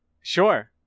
Sure